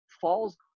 falls